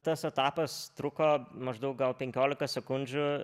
tas etapas truko maždaug gal penkiolika sekundžių